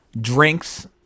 Drinks